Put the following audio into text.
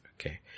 Okay